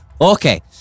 Okay